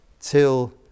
till